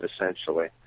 essentially